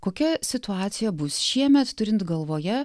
kokia situacija bus šiemet turint galvoje